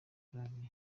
flavia